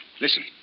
Listen